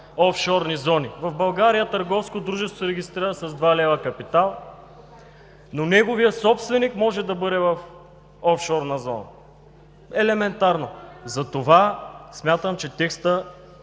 офшорни зони. В България търговско дружество се регистрира с 2 лв. капитал, но неговият собственик може да бъде в офшорна зона. Елементарно! Затова смятам, че текстът